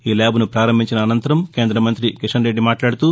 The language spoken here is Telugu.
ఈల్యాబ్ను ప్రారంభించిన అనంతరం కేంద్రమంతి కిషన్ రెడ్డి మాట్లాదుతూ